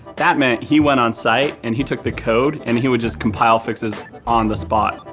that meant he went onsite and he took the code and he would just compile fixes on the spot.